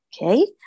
Okay